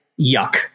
Yuck